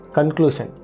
Conclusion